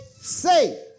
say